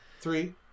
three